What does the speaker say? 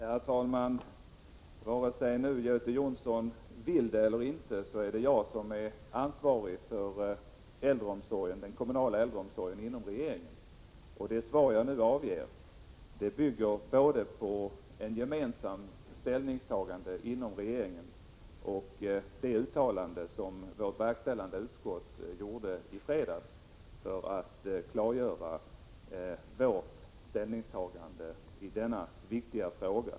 Herr talman! Vare sig Göte Jonsson vill det eller inte är det jag som inom regeringen är ansvarig för den kommunala äldreomsorgen. Det svar jag har avgivit bygger både på ett gemensamt ställningstagande inom regeringen och på det uttalande som vårt verkställande utskott gjorde i fredags för att klargöra vårt ställningstagande i denna viktiga fråga.